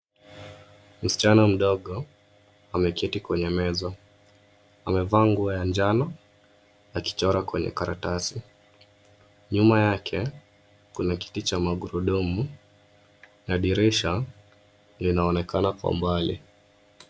Msichana mdogo ameketi kwenye meza. Amevaa nguo ya njano akichora kwenye karatasi. Nyuma yake, kuna kiti cha magurudumu na dirisha linaonekana kwa mbali.